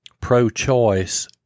pro-choice